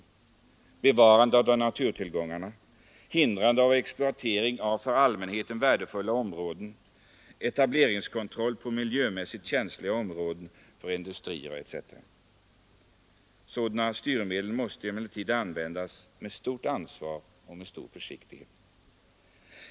Det gäller bevarandet av naturtillgångarna, hindrande av exploatering av för allmänheten värdefulla områden, etableringskontroll på miljömässigt känsliga områden för industrier etc. Sådana styrmedel måste emellertid användas med stort ansvar och stor försiktighet.